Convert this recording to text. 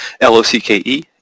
L-O-C-K-E